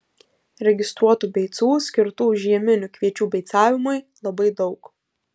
registruotų beicų skirtų žieminių kviečių beicavimui labai daug